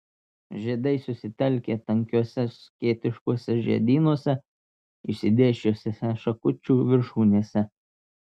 žiedai susitelkę tankiuose skėtiškuose žiedynuose išsidėsčiusiuose šakučių viršūnėse